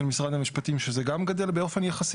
משרד המשפטים שזה גם גדל באופן יחסי,